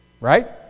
right